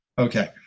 okay